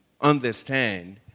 understand